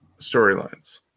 storylines